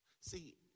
See